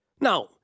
Now